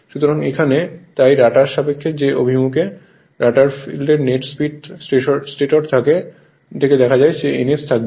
সুতরাং এখানে তাই রটারের সাপেক্ষে যে অভিমুখে রটার ফিল্ডের নেট স্পিড স্টেটর থেকে দেখা যায় তা ns থাকবে